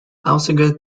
alsager